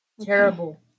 terrible